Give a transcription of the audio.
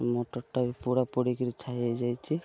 ମୋଟର୍ଟା ବି ପୋଡ଼ା ପୋଡ଼ିକିରି ଛାଇ ହେଇଯାଇଛି